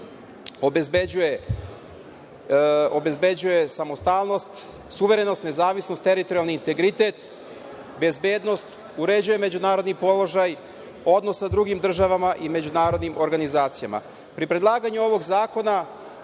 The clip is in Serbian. obezbeđuje samostalnost, suverenost, nezavisnost, teritorijalni integritet, bezbednost, uređuje međunarodni položaj odnosa sa drugim državama i međunarodnim organizacijama. Pri predlaganju ovog zakona